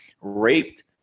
raped